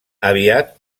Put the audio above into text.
aviat